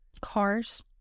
Cars